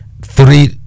three